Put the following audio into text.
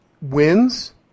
wins